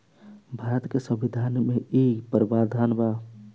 भारत के संविधान में इ प्रावधान बा